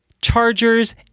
Chargers